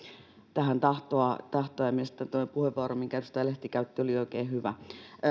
tähän tahtoa tahtoa mielestäni tuo puheenvuoro minkä edustaja lehti käytti oli oikein hyvä